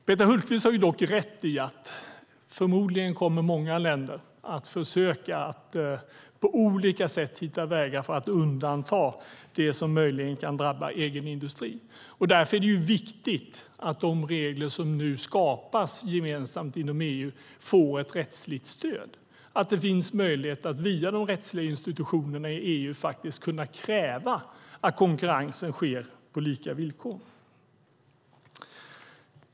Peter Hultqvist har dock rätt i att många länder förmodligen på olika sätt kommer att försöka hitta vägar för att undanta det som möjligen kan drabba egen industri. Därför är det viktigt att de regler som nu skapas gemensamt inom EU får ett rättsligt stöd, att det finns möjlighet att via de rättsliga institutionerna i EU faktiskt kunna kräva att konkurrensen sker på lika villkor.